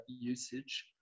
usage